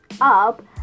up